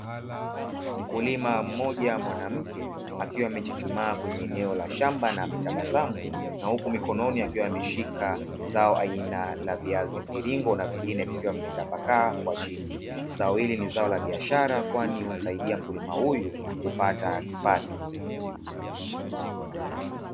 Mkulima mmoja mwanamke, akiwa amechuchumaa kwenye eneo la shamba na ametabasamu, na huku mikononi akiwa ameshika zao la viazi mviringo na vingine vikiwa vimetapakaa kwa chini. Zao hili ni zao la biashara kwani humsaidia mkulima huyu kupata kipato.